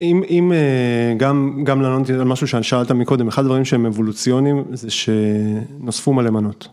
אם גם לענות על משהו ש שאלת מקודם, אחד הדברים שהם אבולוציוניים זה שנוספו מלא מנות.